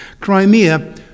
Crimea